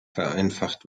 vereinfacht